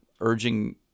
urging